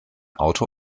auto